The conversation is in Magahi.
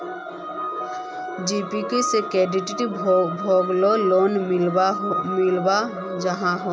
जीविका से कैडा भागेर लोन मिलोहो जाहा?